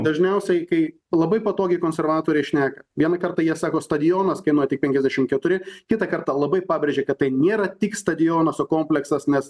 dažniausiai kai labai patogiai konservatoriai šneka vieną kartą jie sako stadionas kainuoja tik penkiasdešimt keturi kitą kartą labai pabrėžia kad tai nėra tik stadionas o kompleksas nes